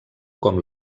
com